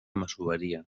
masoveria